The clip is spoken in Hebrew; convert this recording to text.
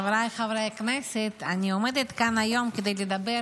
חבריי חברי הכנסת, אני עומדת כאן היום כדי לדבר